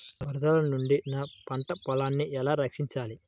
వరదల నుండి నా పంట పొలాలని ఎలా రక్షించాలి?